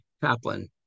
chaplain